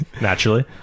naturally